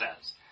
says